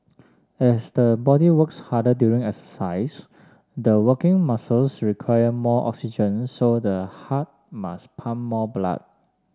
as the body works harder during exercise the working muscles require more oxygen so the heart must pump more blood